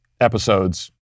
episodes